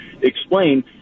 explain